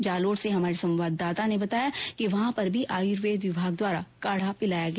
जालोर से हमारे संवाददाता ने बताया कि वहां पर भी आयुर्वेद विभाग द्वारा काड़ा पिलाया गया